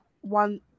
one